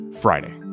Friday